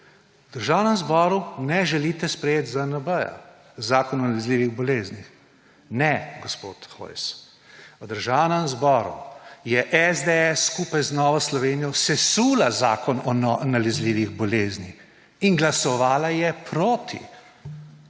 »V Državnem zboru ne želite sprejeti ZNB, Zakon o nalezljivih boleznih.« Ne, gospod Hojs, v Državnem zboru je SDS skupaj z Novo Slovenijo sesula Zakon o nalezljivih bolezni in je glasovala proti.